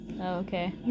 okay